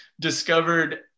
discovered